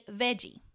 veggie